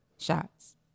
shots